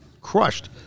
crushed